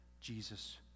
Jesus